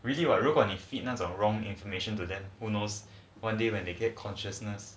really [what] 如果你 feed 那种 wrong information to then who knows one day when they get consciousness